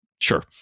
sure